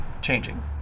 changing